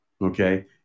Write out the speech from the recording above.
Okay